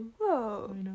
Whoa